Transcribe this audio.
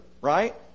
right